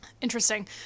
Interesting